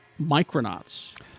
Micronauts